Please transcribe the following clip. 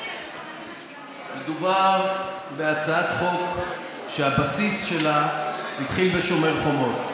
מדובר בהצעת חוק שהבסיס שלה התחיל בשומר חומות.